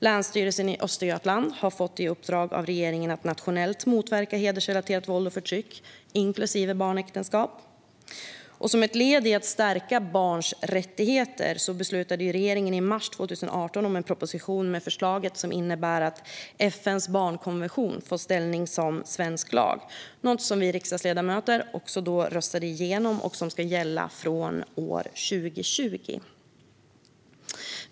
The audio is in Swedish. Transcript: Länsstyrelsen i Östergötland har fått i uppdrag av regeringen att nationellt motverka hedersrelaterat våld och förtryck, inklusive barnäktenskap. Som ett led i att stärka barns rättigheter beslutade regeringen i mars 2018 om en proposition med förslag som innebär att FN:s barnkonvention får ställning som svensk lag, något som vi riksdagsledamöter röstade igenom och som ska gälla från år 2020.